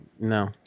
no